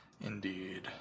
Indeed